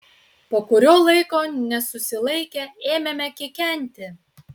po kurio laiko nesusilaikę ėmėme kikenti